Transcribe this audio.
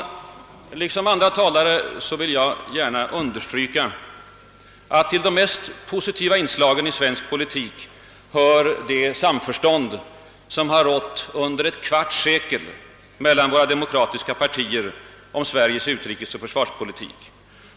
I likhet med andra talare vill också jag gärna understryka att till de mest positiva inslagen i svensk politik hör det samförstånd som under ett kvarts sekel har rått mellan våra demokratiska partier om Sveriges utrikesoch försvarspolitik.